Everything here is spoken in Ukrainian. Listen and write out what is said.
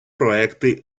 проекти